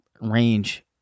range